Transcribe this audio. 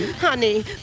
honey